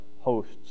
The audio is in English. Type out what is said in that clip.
hosts